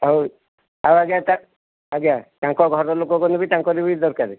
ହଉ ହଉ ଆଜ୍ଞା ତା ଆଜ୍ଞା ତାଙ୍କ ଘର ଲୋକ ଗଲେ ବି ତାଙ୍କର ବି ଦରକାର